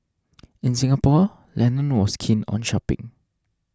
in Singapore Lennon was keen on shopping